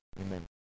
amen